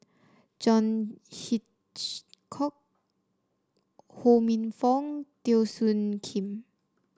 John Hitchcock Ho Minfong Teo Soon Kim